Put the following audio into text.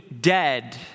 dead